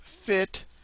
fit